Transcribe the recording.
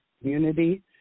community